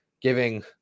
giving